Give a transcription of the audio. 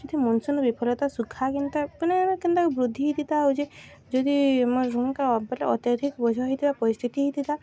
ସେ ମନ୍ସୁନ୍ର ବିଫଳତା ସୁଖା କେନ୍ତା ମାନେ କେନ୍ତା ବୃଦ୍ଧି ହେଇଥିତା ଆଉ ଯେ ଯଦି ଆମ ବଲେ ଅତ୍ୟଧିକ ବୋଝ ହେଇଥିବା ପରିସ୍ଥିତି ହେଇଥିତା